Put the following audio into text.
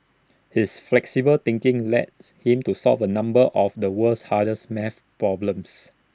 his flexible thinking him to solve A number of the world's hardest math problems